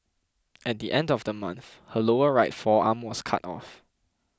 at the end of the month her lower right forearm was cut off